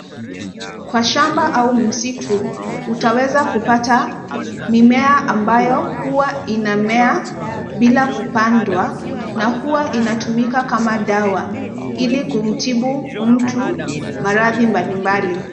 Kwa shamba au msitu utaweza kupata mimea ambayo huwa inamea bila kupandwa na huwa inatumika kama dawa ili kumtibu mtu maradhi mbalimbali.